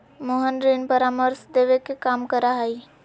मोहन ऋण परामर्श देवे के काम करा हई